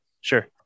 Sure